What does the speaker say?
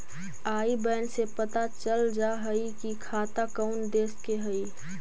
आई बैन से पता चल जा हई कि खाता कउन देश के हई